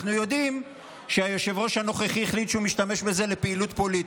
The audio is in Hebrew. אנחנו יודעים שהיושב-ראש הנוכחי החליט שהוא משתמש בזה לפעילות פוליטית.